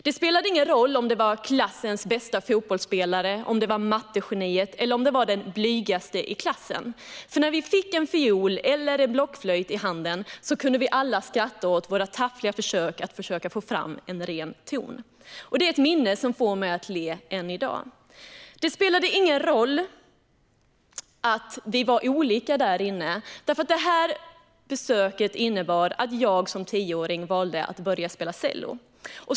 Det spelade ingen roll om det var klassens bästa fotbollsspelare, mattegeniet eller den blygaste i klassen - när vi fick en blockflöjt eller en fiol i handen kunde vi alla skratta åt våra taffliga försök att få fram en ren ton. Det är ett minne som får mig att le än i dag. Där inne spelade det ingen roll att vi var olika. Det besöket innebar att jag som tioåring valde att börja spela cello.